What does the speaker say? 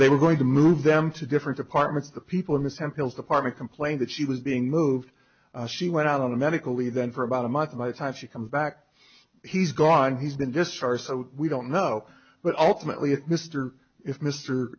they were going to move them to different departments the people in the samples department complained that she was being moved she went out on a medical leave then for about a month my time she comes back he's gone he's been discharged so we don't know but ultimately it mr if mr